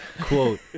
Quote